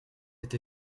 été